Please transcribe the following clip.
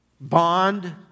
bond